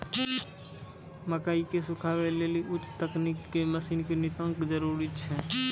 मकई के सुखावे लेली उच्च तकनीक के मसीन के नितांत जरूरी छैय?